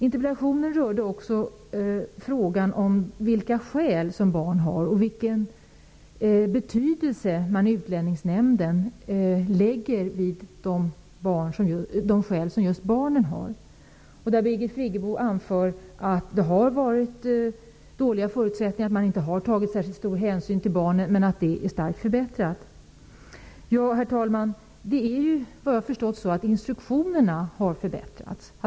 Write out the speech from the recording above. Interpellationen rörde också frågan om vilken betydelse man i Utlänningsnämnden lägger vid de skäl som just barnen har. Birgit Friggebo anför att det har funnits dåliga förutsättningar och att man inte har tagit särskilt stor hänsyn till barnen, men att den situationen är starkt förbättrad. Herr talman! Instruktionerna har såvitt jag har förstått förbättrats.